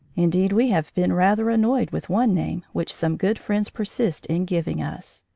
indeed, we have been rather annoyed with one name which some good friends persist in giving us.